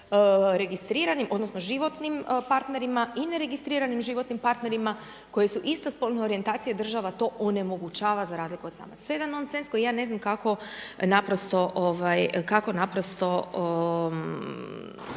registriranim odnosno životnim partnerima i ne registriranim životnim partnerima koji su istospolne orijentacije država to onemogućava za razliku od samaca što je jedan nonsens koji ja ne znam kako naprosto,